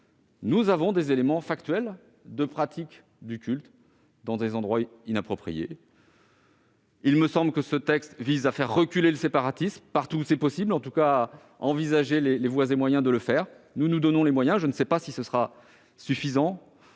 Nous disposons d'éléments factuels de pratiques du culte dans des endroits inappropriés. Il me semble que ce texte vise à faire reculer le séparatisme partout où c'est possible, en tout cas à envisager les voies et moyens de le faire. En l'occurrence, nous nous donnons les moyens. Je ne sais pas si cela sera suffisant,